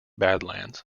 badlands